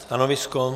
Stanovisko?